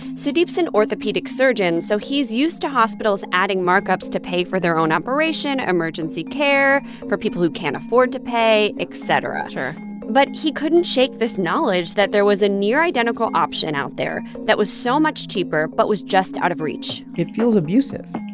sudeep's an orthopedic surgeon, so he's used to hospitals adding markups to pay for their own operation, emergency care, for people who can't afford to pay, et cetera sure but he couldn't shake this knowledge that there was a near-identical option out there that was so much cheaper but was just out of reach it feels abusive.